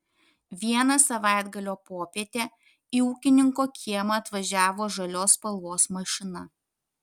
vieną savaitgalio popietę į ūkininko kiemą atvažiavo žalios spalvos mašina